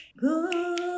good